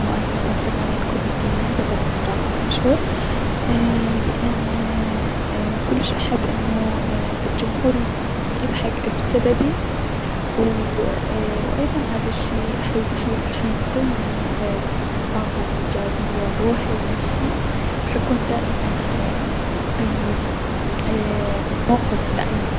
انو اني اكون فنانا كوميديا بدلا من راقص مشهور ايي- لأن كلش احب انو الجمهور يكون يضحك بسببي ايي و- و ايضا هذا الشي ح ح حينطيني الطاقة الأيجابية لروحي لنفسي و حكون دائما ب ايي- موقف سعيد.